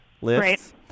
lists